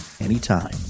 anytime